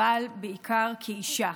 אבל בעיקר כאישה,